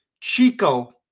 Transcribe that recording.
Chico